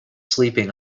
sleeping